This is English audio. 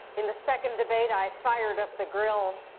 in the second debate, i fired up the grill.